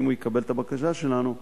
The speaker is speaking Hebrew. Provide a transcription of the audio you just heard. ואם הוא יקבל את הבקשה שלנו,